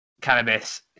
cannabis